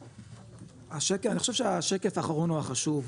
אני חושב שהשקף האחרון הוא החשוב,